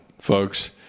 folks